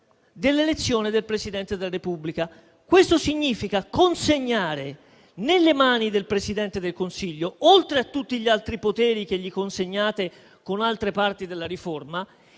dell'elezione del Presidente della Repubblica. Questo significa consegnare nelle mani del Capo del Governo, oltre a tutti gli altri poteri che gli affidate con le altre parti della riforma,